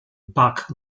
bark